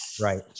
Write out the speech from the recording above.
Right